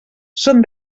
són